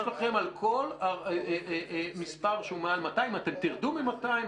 יש לכם על כל מספר שהוא מעל 200. אם אתם תרדו מ-200,